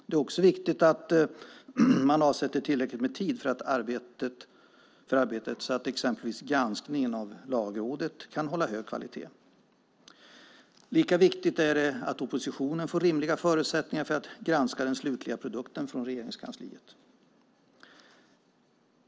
Det är också viktigt att man avsätter tillräckligt med tid för arbetet så att exempelvis Lagrådets granskning kan hålla hög kvalitet. Lika viktigt är det att oppositionen får rimliga förutsättningar att granska den slutliga produkten från Regeringskansliet.